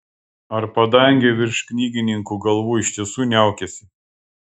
ar padangė virš knygininkų galvų iš tiesų niaukiasi